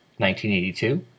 1982